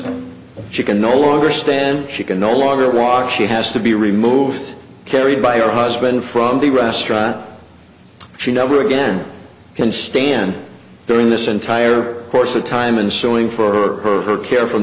she can no longer stand she can no longer walk she has to be removed carried by her husband from the restaurant she never again can stand during this entire course of time and sewing for her care from